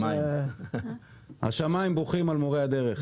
השמיים בוכים על מורי הדרך.